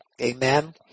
Amen